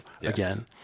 again